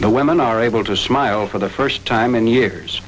the women are able to smile for the first time in years